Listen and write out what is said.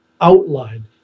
outlined